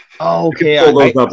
okay